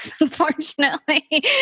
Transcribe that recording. unfortunately